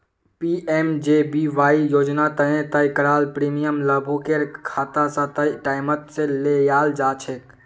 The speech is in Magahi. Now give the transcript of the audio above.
पी.एम.जे.बी.वाई योजना तने तय कराल प्रीमियम लाभुकेर खाता स तय टाइमत ले लियाल जाछेक